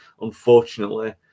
Unfortunately